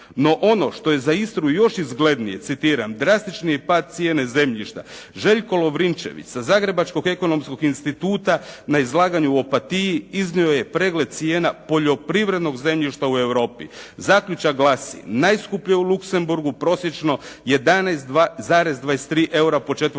No ono što je za Istru još izglednije, citiram: «Drastični je pad cijene zemljišta. Željko Lovrinčević sa zagrebačkog ekonomskog instituta na izlaganju u Opatiji iznio je pregled cijena poljoprivrednog zemljišta u Europi.» Zaključak glasi: najskuplje u Luksemburgu, prosječno 11,23 EUR-a po